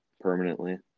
permanently